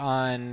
on